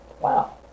wow